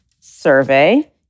survey